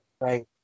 Right